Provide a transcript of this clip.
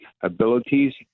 abilities